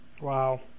Wow